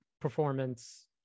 performance